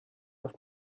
auf